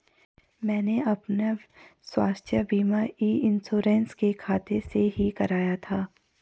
मैंने अपना स्वास्थ्य बीमा ई इन्श्योरेन्स के खाते से ही कराया था